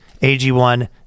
AG1